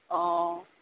অঁ